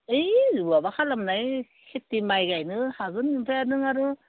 ओइ जमाबो खालामनाय खेथि माइ गायनो हागोन ओमफ्राय नों आरो